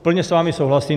Plně s vámi souhlasím.